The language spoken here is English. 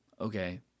okay